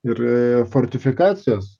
ir fortifikacijos